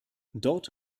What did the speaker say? dort